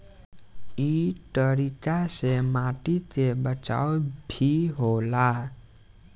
इ तरीका से माटी के बचाव भी होला